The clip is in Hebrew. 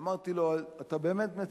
אמרתי לו: אתה באמת?